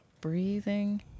breathing